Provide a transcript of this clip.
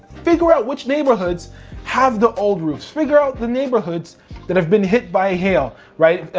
figure out which neighborhoods have the old roofs, figure out the neighborhoods that have been hit by a hail, right?